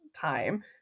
time